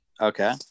Okay